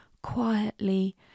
Quietly